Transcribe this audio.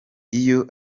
iyo